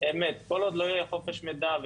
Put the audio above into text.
כל עוד לא יהיה חופש מידע,